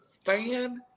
fan